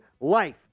life